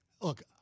look